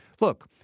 look